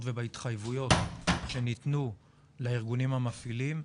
ובהתחייבויות שניתנו לארגונים המפעילים,